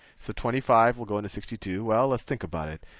so twenty five will go into sixty two? well, let's think about it.